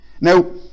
Now